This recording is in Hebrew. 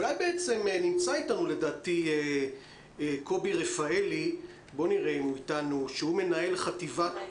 נמצא איתנו קובי רפאלי שהוא מנהל חטיבת